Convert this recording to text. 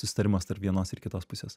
susitarimas tarp vienos ir kitos pusės